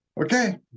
Okay